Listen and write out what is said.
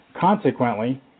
consequently